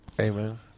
Amen